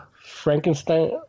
frankenstein